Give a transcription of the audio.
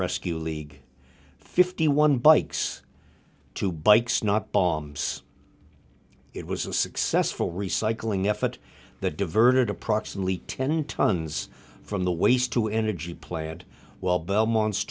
rescue league fifty one bikes two bikes not bombs it was a successful recycling effort that diverted approximately ten tons from the waste to energy plant while belmont